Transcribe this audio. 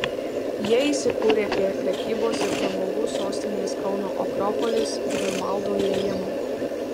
jie įsikūrė prie prekybos ir pramogų sostinės kauno akropolis griunvaldo įėjimo